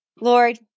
Lord